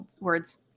words